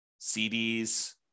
CDs